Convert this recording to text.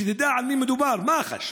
שתדע על מי מדובר: מח"ש,